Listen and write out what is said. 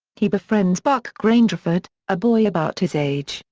he befriends buck grangerford, a boy about his age,